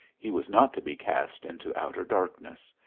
he was not to be cast into outer darkness.